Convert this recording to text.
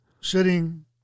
sitting